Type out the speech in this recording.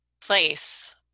place